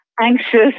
anxious